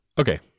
Okay